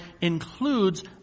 includes